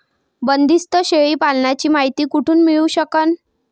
बंदीस्त शेळी पालनाची मायती कुठून मिळू सकन?